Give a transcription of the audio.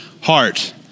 heart